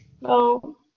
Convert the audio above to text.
No